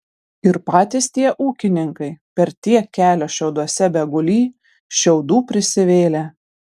ir patys tie ūkininkai per tiek kelio šiauduose begulį šiaudų prisivėlę